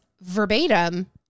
verbatim